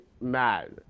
mad